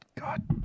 God